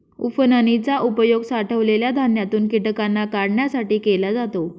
उफणनी चा उपयोग साठवलेल्या धान्यातून कीटकांना काढण्यासाठी केला जातो